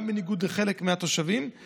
גם בניגוד לדעת חלק מהתושבים,